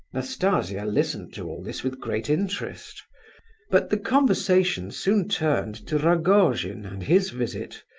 nastasia listened to all this with great interest but the conversation soon turned to rogojin and his visit,